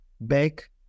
back